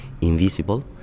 Invisible